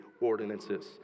ordinances